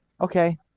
Okay